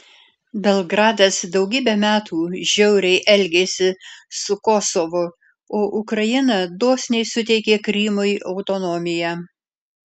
belgradas daugybę metų žiauriai elgėsi su kosovu o ukraina dosniai suteikė krymui autonomiją